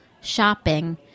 shopping